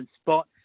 spot